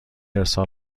ارسال